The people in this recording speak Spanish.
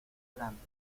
grande